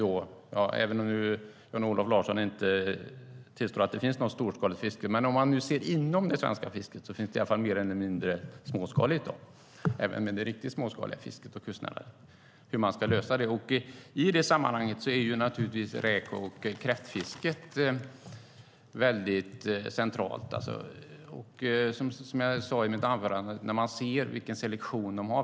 Jan-Olof Larsson tillstår inte att det finns något storskaligt fiske, men om man nu ser inom det svenska fisket finns det i alla fall mer eller mindre småskaligt, även det riktigt småskaliga och kustnära fisket. I det sammanhanget är naturligtvis räk och kräftfisket centralt, som jag sade i mitt anförande, när man ser vilken selektion de har.